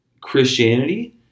Christianity